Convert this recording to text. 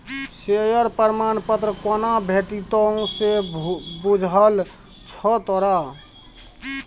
Share प्रमाण पत्र कोना भेटितौ से बुझल छौ तोरा?